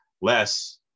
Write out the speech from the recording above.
less